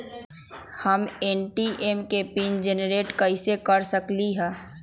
हम ए.टी.एम के pin generate कईसे कर सकली ह?